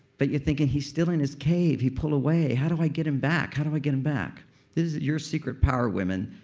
but you're thinking, he's still in his cave. you pull away. how do i get him back? how do i get him back? this is your secret power women,